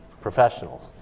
professionals